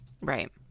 Right